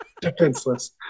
defenseless